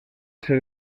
ser